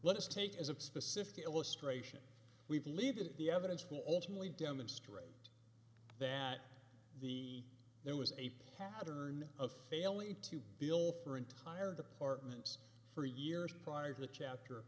let us take as a specific illustration we believe that the evidence will ultimately demonstrate that the there was a pattern of failing to bill for entire departments for years prior to the chapter